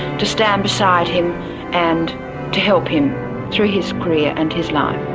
to stand beside him and to help him through his career and his life.